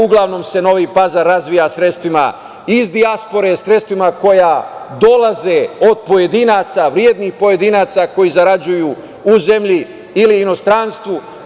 Uglavnom se Novi Pazar razvija sredstvima iz dijaspore, sredstvima koja dolaze od pojedinaca, vrednih pojedinaca koji zarađuju u zemlji ili inostranstvu.